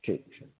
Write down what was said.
ठीक ठीक